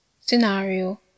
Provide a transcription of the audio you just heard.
scenario